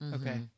Okay